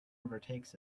overtakes